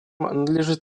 надлежит